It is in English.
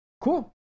Cool